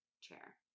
chair